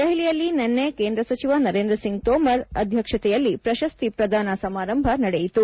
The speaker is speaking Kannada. ದೆಹಲಿಯಲ್ಲಿ ನಿನ್ಲೆ ಕೇಂದ್ರ ಸಚಿವ ನರೇಂದ್ರ ಸಿಂಗ್ ತೋಮರ್ ಅಧ್ಯಕ್ಷತೆಯಲ್ಲಿ ಪ್ರಶಸ್ತಿ ಪ್ರದಾನ ಸಮಾರಂಭ ನಡೆಯಿತು